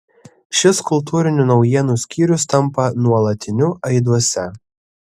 šis kultūrinių naujienų skyrius tampa nuolatiniu aiduose